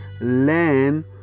learn